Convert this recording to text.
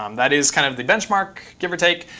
um that is kind of the benchmark, give or take.